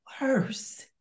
worse